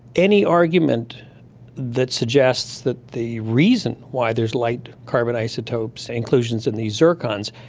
any argument that suggests that the reason why there is light carbon isotope inclusions in these zircons,